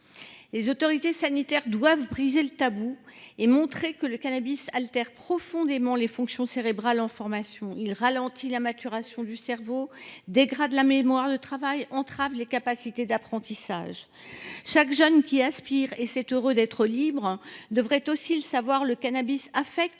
Les autorités sanitaires doivent briser le tabou et montrer que le cannabis altère profondément les fonctions cérébrales en formation. Il ralentit la maturation du cerveau, dégrade la mémoire de travail et entrave les capacités d’apprentissage. Chaque jeune qui aspire à être libre – ce qui est heureux – devrait savoir que le cannabis affecte